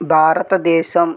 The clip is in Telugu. భారతదేశం